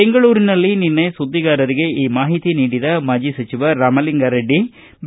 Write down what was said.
ಬೆಂಗಳೂರಿನಲ್ಲಿ ನಿನ್ನೆ ಸುದ್ದಿಗಾರರಿಗೆ ಈ ಮಾಹಿತಿ ನೀಡಿದ ಮಾಜಿ ಸಚಿವ ರಾಮಲಿಂಗಾರೆಡ್ಲಿ